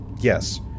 yes